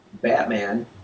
Batman